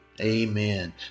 Amen